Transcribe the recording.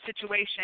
situation